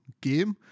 game